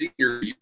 Senior